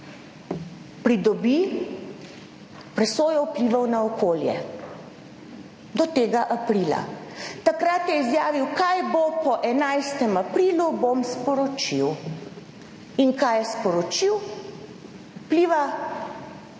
pridobi presojo vplivov na okolje, do tega aprila. Takrat je izjavil, kaj bo po 11. aprilu, bom sporočil. In kaj je sporočil? Presoje